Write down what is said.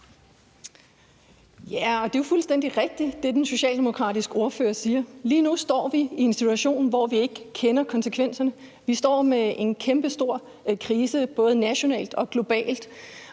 Ja, det er jo fuldstændig rigtigt, hvad den socialdemokratiske ordfører siger. Lige nu står vi i en situation, som vi ikke kender konsekvenserne af. Vi står i en kæmpestor krise, både nationalt og globalt.